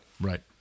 Right